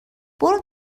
برم